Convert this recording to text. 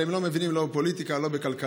הם לא מבינים בפוליטיקה וגם לא בכלכלה.